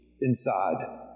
inside